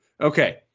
Okay